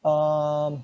um